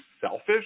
selfish